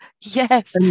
yes